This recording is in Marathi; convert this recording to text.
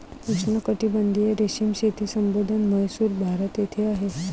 उष्णकटिबंधीय रेशीम शेती संशोधन म्हैसूर, भारत येथे आहे